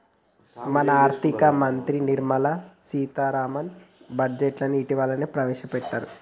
మన ఆర్థిక మంత్రి నిర్మల సీతారామన్ బడ్జెట్ను ఇటీవలనే ప్రవేశపెట్టారు